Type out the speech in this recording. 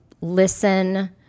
Listen